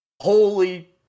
Holy